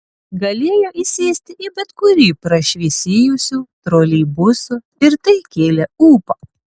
galėjo įsėsti į bet kurį prašviesėjusių troleibusų ir tai kėlė ūpą